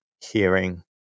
hearing